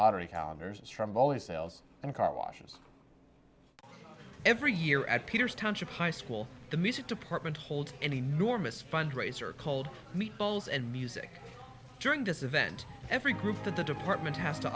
always sales and car washes every year at peters township high school the music department hold any norma's fundraiser cold meat balls and music during this event every group that the department has to